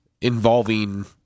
involving